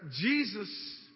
Jesus